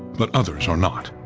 but others are not.